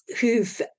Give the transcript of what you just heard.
who've